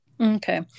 Okay